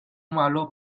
malo